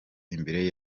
imbere